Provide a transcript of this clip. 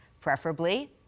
Preferably